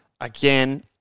again